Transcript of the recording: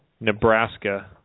Nebraska